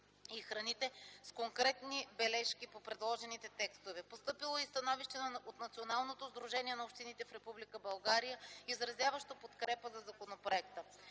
и храните с конкретни бележки по предложените текстове. Постъпило е и становище от Националното сдружение на общините в Република България, изразяващо подкрепа за законопроекта.